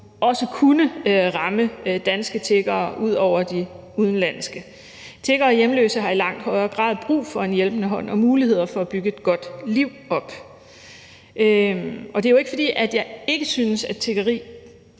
også kunne ramme danske tiggere ud over de udenlandske. Tiggere og hjemløse har i langt højere grad brug for en hjælpende hånd og muligheder for at bygge et godt liv op. Det er jo ikke, fordi jeg synes, at tiggeri